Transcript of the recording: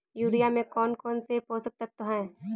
Urea में कौन कौन से पोषक तत्व है?